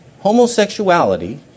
Homosexuality